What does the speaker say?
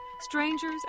strangers